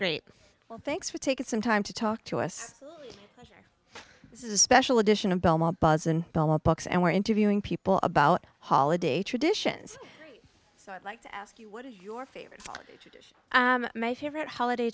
great well thanks for taking some time to talk to us this is a special edition of belmont buzz and belmont bucks and we're interviewing people about holiday traditions so i'd like to ask you what is your favorite dish my favorite holiday